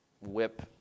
whip